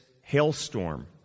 hailstorm